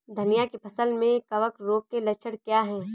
धनिया की फसल में कवक रोग के लक्षण क्या है?